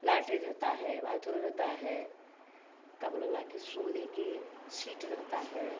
latrine रहता है bathroom रहता है का बोला ला कि सोने के सीट रहता है